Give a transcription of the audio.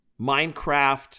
Minecraft